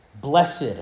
Blessed